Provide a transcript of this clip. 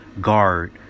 guard